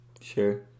Sure